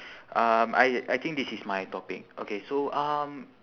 um I I think this is my topic okay so um